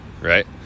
right